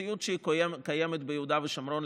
מציאות שקיימת ביהודה ושומרון,